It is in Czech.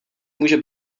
může